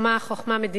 חוכמה מדינית,